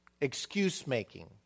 Excuse-making